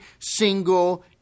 single